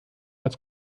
als